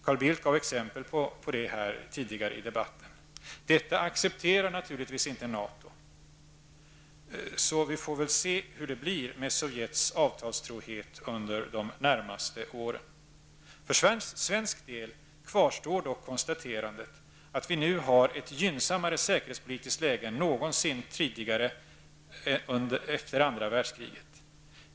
Carl Bildt gav exempel på det här tidigare i debatten. Detta accepterar naturligtvis inte NATO, och vi får väl se hur det blir med Sovjets avtalstrohet under de närmaste åren. För svensk del kvarstår dock konstaterandet att vi nu har ett gynnsammare säkerhetspolitiskt läge än vi någonsin haft efter andra världskriget.